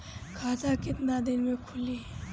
खाता कितना दिन में खुलि?